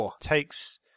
takes